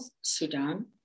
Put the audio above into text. Sudan